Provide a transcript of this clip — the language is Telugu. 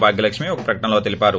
భాగ్యలక్ష్మి ఒక ప్రకటనలో తెలిపారు